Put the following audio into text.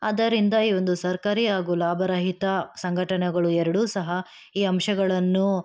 ಆದ್ದರಿಂದ ಈ ಒಂದು ಸರ್ಕಾರಿ ಹಾಗೂ ಲಾಭ ರಹಿತ ಸಂಘಟನೆಗಳು ಎರಡೂ ಸಹ ಈ ಅಂಶಗಳನ್ನು